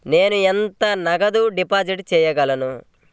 నేను ఎంత నగదు డిపాజిట్ చేయగలను?